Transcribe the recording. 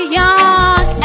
young